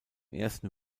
ersten